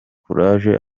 courage